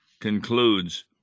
concludes